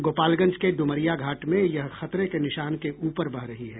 गोपालगंज के डुमरिया घाट में यह खतरे के निशान के ऊपर बह रही है